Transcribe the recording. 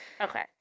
Okay